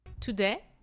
Today